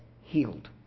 healed